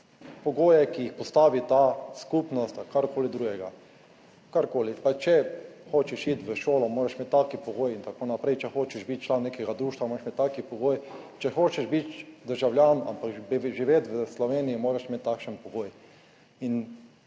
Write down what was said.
pogoje, ki jih postavi ta skupnost ali karkoli drugega, karkoli, pa če hočeš iti v šolo, moraš imeti taki pogoji in tako naprej, če hočeš biti član nekega društva, moraš imeti tak pogoj, če hočeš biti državljan, ampak živeti v Sloveniji moraš imeti takšen pogoj.